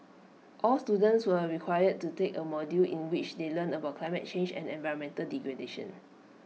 all students were required to take A module in which they learn about climate change and environmental degradation